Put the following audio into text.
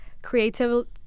creativity